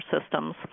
systems